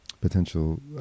potential